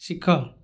ଶିଖ